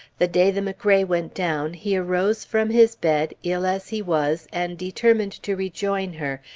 the day the mcrae went down, he arose from his bed, ill as he was, and determined to rejoin her,